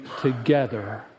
together